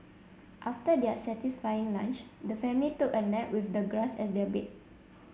after their satisfying lunch the family took a nap with the grass as their bed